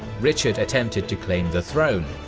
richard attempted to claim the throne,